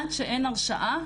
עד שאין הרשעה